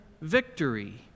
victory